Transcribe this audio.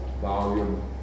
volume